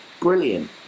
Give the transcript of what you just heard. brilliant